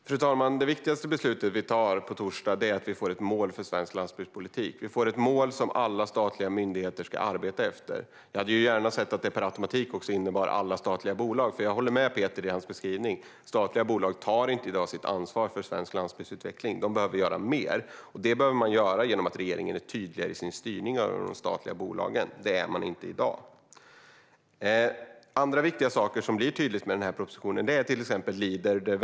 Fru talman! Det viktigaste beslutet vi fattar på torsdag är att det blir ett mål för svensk landsbygdspolitik. Det blir ett mål som alla statliga myndigheter ska arbeta efter. Jag hade gärna sett att det per automatik innebar alla statliga bolag eftersom jag håller med om Peter Helanders beskrivning att statliga bolag i dag inte tar ansvar för svensk landsbygdsutveckling. De behöver göra mer, och det görs genom att regeringen är tydligare i sin styrning av de statliga bolagen. Det är man inte i dag. Andra viktiga saker som blir tydliga med propositionen är till exempel Leaderområden.